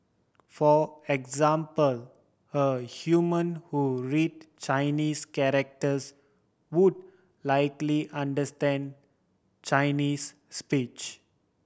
for example a human who read Chinese characters would likely understand Chinese speech